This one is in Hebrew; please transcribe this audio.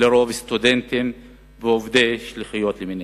על-פי רוב סטודנטים ועובדי שליחויות למיניהם.